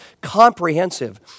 comprehensive